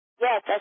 Yes